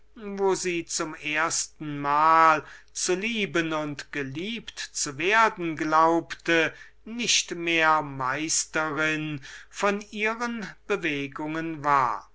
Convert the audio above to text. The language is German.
wo sie zum erstenmal zu lieben und geliebt zu werden glaubte nicht mehr meisterin von ihren bewegungen war